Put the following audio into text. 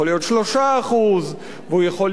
והוא יכול להשתנות משנה לשנה.